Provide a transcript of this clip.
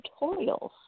tutorials